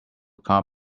car